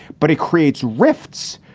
but it creates rifts.